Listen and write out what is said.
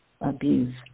abuse